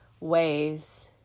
ways